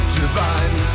divine